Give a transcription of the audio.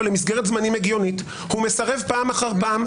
למסגרת זמנים הגיונית והוא מסרב פעם אחר פעם.